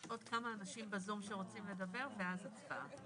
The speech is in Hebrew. עוד כמה אנשים בזום שרוצים לדבר, ואז הצבעה.